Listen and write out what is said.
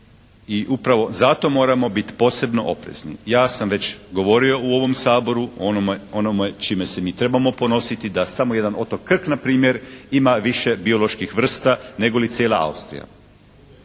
I upravo zato moramo biti posebno oprezni. Ja sam već govorio u ovom Saboru o onome čime se mi trebamo ponositi da samo jedan otok Krk npr. ima više bioloških vrsta nego li cijela Austrija.